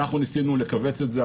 אנחנו ניסינו לכווץ את זה.